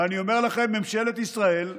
ואני אומר לכם, ממשלת ישראל,